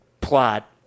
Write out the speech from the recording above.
plot